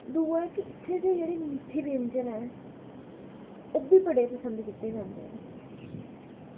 दूआ इक्क इत्थै दे जेह्ड़े मिट्ठे व्यंजन ऐ ओह्बी बड़े पसंद कीते जंदे न